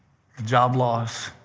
job loss,